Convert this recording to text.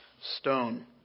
stone